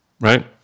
right